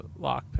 lockpick